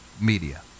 media